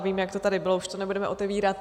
Vím, jak to tady bylo, už to nebudeme otevírat.